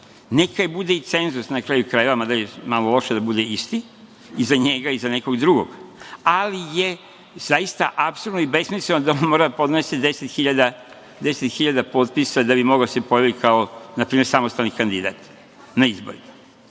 neka bude i cenzus, na kraju krajeva, mada je malo loše da bude isti i za njega i za nekog drugog, ali je zaista apsurdno i besmisleno da on mora da podnese 10.000 potpisa da bi mogao da se pojavi kao, na primer, samostalni kandidat na izborima. Sve